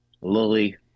lily